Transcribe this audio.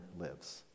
lives